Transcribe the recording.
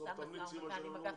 בסוף תמליצי מה שאנחנו רוצים.